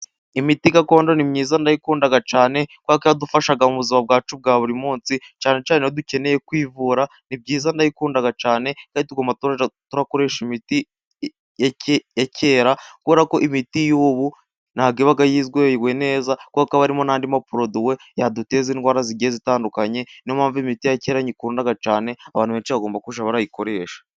Imiti gakondo ni myiza ndayikunda cyane, kubera ko idufasha mu buzima bwacu bwa buri munsi, cyane cyane nk'iyo dukeneye kwivura, ni byiza ndayikunda cyane, kandi turakoresha imiti ya kera kubera ko imiti y'ubu nta bwo iba yizwewe neza kuko hari n'andi maporoduwe yaduteza indwara zigiye zitandukanye, n'impamvu imiti ya kera nyikunda cyane, abantu benshi bagomba kujya baiyikoresha.